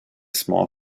small